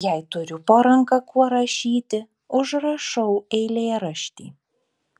jei turiu po ranka kuo rašyti užrašau eilėraštį